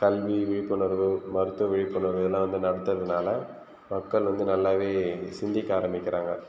கல்வி விழிப்புணர்வு மற்ற விழிப்புணர்வு இதுலாம் வந்து நடத்துகிறதுனால மக்கள் வந்து நல்லாவே சிந்திக்க ஆரம்பிக்கிறாங்க